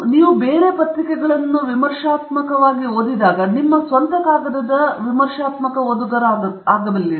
ನೀವು ಪತ್ರಿಕೆಗಳ ವಿಮರ್ಶಾತ್ಮಕ ಓದುಗರಾಗಿದಾಗ ನಿಮ್ಮ ಸ್ವಂತ ಕಾಗದದ ವಿಮರ್ಶಾತ್ಮಕ ಓದುಗರಾಗುತ್ತೀರಿ